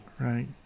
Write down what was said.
Right